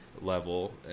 level